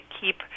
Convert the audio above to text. keep